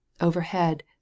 Overhead